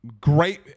great